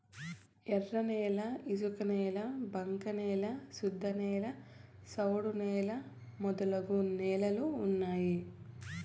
ఎర్రన్యాల ఇసుకనేల బంక న్యాల శుద్ధనేల సౌడు నేల మొదలగు నేలలు ఉన్నాయి